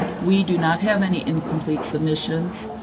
we do not have any incomplete submissions,